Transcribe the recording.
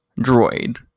droid